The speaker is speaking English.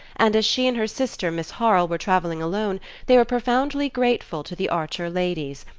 and as she and her sister miss harle were travelling alone they were profoundly grateful to the archer ladies,